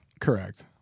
Correct